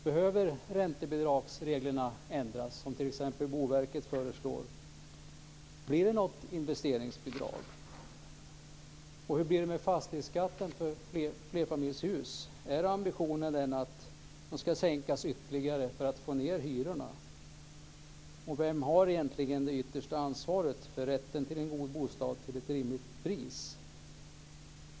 Behöver räntebidragsreglerna ändras, som t.ex. Boverket föreslår? Blir det något investeringsbidrag? Hur blir det med fastighetsskatten för flerfamiljshus? Är ambitionen att den ska sänkas ytterligare för att få ned hyrorna? Och vem har egentligen det yttersta ansvaret för rätten till en god bostad till ett rimligt pris?